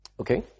Okay